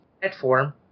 platform